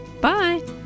Bye